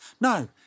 No